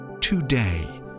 Today